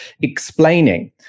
explaining